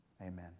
Amen